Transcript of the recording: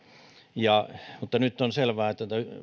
mutta nyt on selvää että